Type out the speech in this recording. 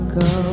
go